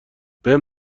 بهم